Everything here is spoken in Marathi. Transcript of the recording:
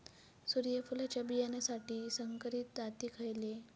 सूर्यफुलाच्या बियानासाठी संकरित जाती खयले?